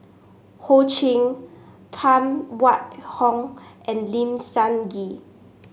Ho Ching Phan Wait Hong and Lim Sun Gee